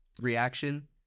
reaction